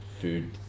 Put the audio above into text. food